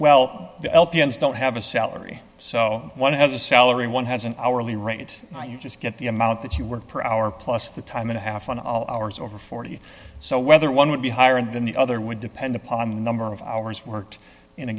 well the l p s don't have a salary so one has a salary one has an hourly rate you just get the amount that you work per hour plus the time and a half on all hours over forty so whether one would be higher and then the other would depend upon the number of hours worked in a